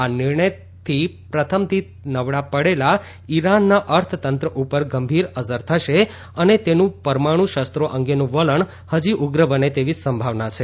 આ નિર્ણયથી પ્રથમથી નબળાં પડેલા ઇરાનના અર્થતંત્ર ઉપર ગંભીર અસર થશે અને તેનું પરમાણુ શસ્ત્રો અંગેનું વલણ હજી ઉગ્ર બને તેવી સંભાવના છે